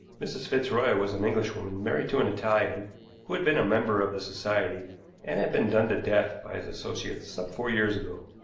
mrs. fitzroy was an englishwoman married to an italian, who had been a member of the society and had been done to death by his associates some four years ago.